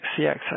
CX